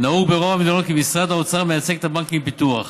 נהוג ברוב המדינות כי משרד האוצר מייצג את הבנקים לפיתוח.